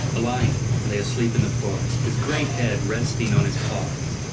a lion lay asleep in the forest, his great head resting on his paws.